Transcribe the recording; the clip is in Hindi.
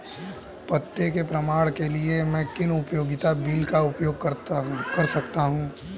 पते के प्रमाण के लिए मैं किन उपयोगिता बिलों का उपयोग कर सकता हूँ?